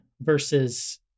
versus